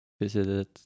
Visited